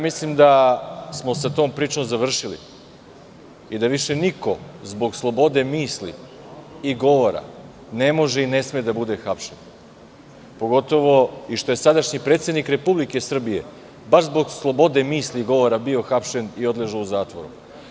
Mislim da smo sa tom pričom završili i da više niko zbog slobode misli i govora ne može i ne sme da bude hapšen, pogotovo što je i sadašnji predsednik Republike Srbije baš zbog slobode misli i govora bio hapšen i odležao u zatvoru.